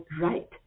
right